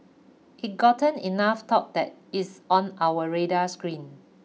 it gotten enough talk that it's on our radar screen